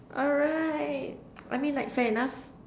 alright I mean like fair enough